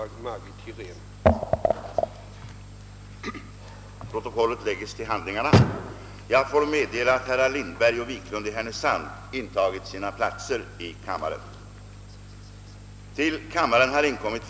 Om så erfordras på grund av skiljaktiga beslut sammanträder kamrarna även fredagen den 16 december kl. 11.00.